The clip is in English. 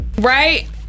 right